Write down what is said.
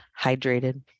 hydrated